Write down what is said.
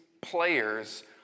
players